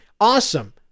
Awesome